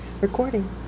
recording